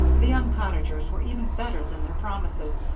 the young cottagers were even better than their promises,